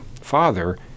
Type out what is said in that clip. father